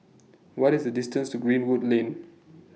What IS The distance to Greenwood Lane